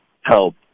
help